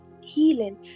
healing